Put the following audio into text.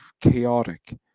chaotic